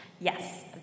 Yes